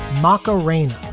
marco raynham,